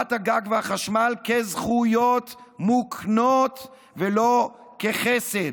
קורת הגג והחשמל כזכויות מוקנות ולא כחסד,